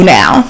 now